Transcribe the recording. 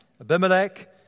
Abimelech